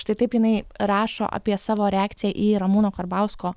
štai taip jinai rašo apie savo reakciją į ramūno karbausko